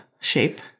shape